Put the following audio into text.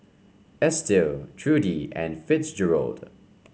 Estill Trudie and Fitzgerald